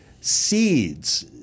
seeds